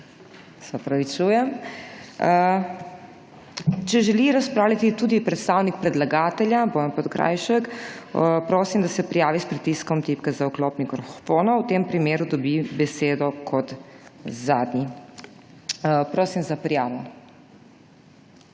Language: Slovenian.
razpravljati. Da. Če želi razpravljati tudi predstavnik predlagatelja Bojan Podkrajšek, prosim, da se prijavi s pritiskom tipke za vklop mikrofona. V tem primeru dobi besedo kot zadnji. Prosim za prijavo.